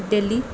Delhi